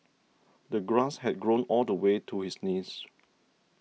the grass had grown all the way to his knees